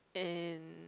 and